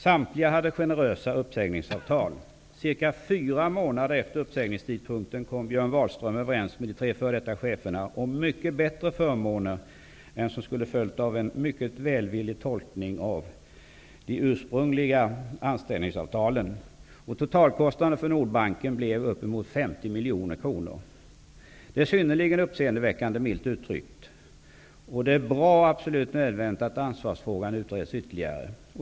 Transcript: Samtliga hade generösa uppsägningsavtal. Cirka fyra månader efter uppsägningstidpunkten kom Björn Wahlström överens med de tre f.d. cheferna om mycket bättre förmåner än dem som skulle ha följt av en mycket välvillig tolkning av de ursprungliga anställningsavtalen. Totalkostnaden för Nordbanken blev uppemot 50 miljoner kronor. Det är synnerligen uppseendeväckande, milt uttryckt. Det är bra och absolut nödvändigt att ansvarsfrågan utreds ytterligare.